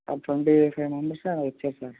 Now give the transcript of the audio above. ఆ twenty five members sir sir